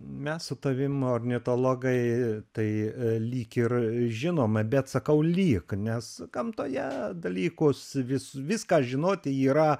mes su tavim ornitologai tai lyg ir žinome bet sakau lyg nes gamtoje dalykus vis viską žinoti yra